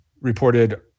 reported